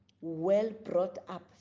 well-brought-up